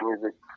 music